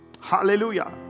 hallelujah